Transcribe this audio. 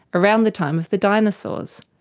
around the time of the dinosaurs.